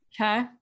okay